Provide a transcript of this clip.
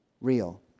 Real